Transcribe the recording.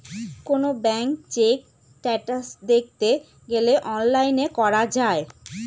কোনো bank check status দেখতে গেলে অনলাইনে করা যায়